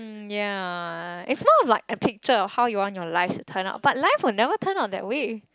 ya it's not like a picture of how you want your life to turn out but life will never turn out that way